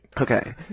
Okay